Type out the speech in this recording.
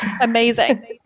amazing